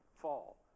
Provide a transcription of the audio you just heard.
fall